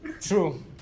True